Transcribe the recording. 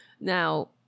now